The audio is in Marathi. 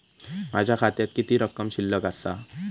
माझ्या खात्यात किती रक्कम शिल्लक आसा?